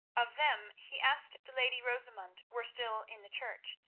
of them he asked if the lady rosamund were still in the church,